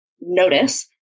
notice